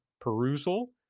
perusal